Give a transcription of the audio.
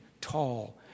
tall